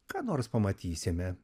ką nors pamatysime